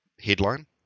headline